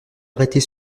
arrêter